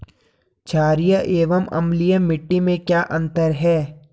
छारीय एवं अम्लीय मिट्टी में क्या क्या अंतर हैं?